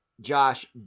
Josh